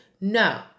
No